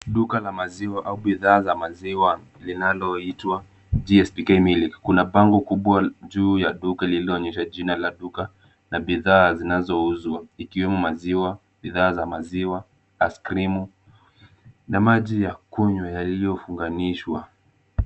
Duka la maziwa au bidhaa za maziwa linaoitwa GSPK milk. Kuna bango kubwa juu ya duka lililoonyesha jina la duka na bidhaa zinazouzwa ikiwemo maziwa, bidhaa za maziwa, aisikrimu na maji ya kunywa yaliyofunganishwa.